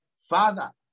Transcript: Father